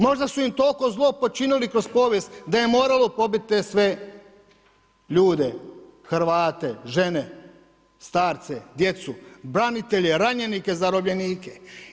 Možda su im toliko zlo počinili kroz povijest da je moralo pobiti sve te ljude, Hrvate, žene, starce, djece, branitelje, ranjenike, zarobljenike.